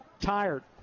Tired